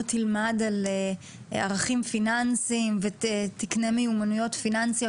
תלמד על ערכים פיננסיים ותקנה מיומנויות פיננסיות,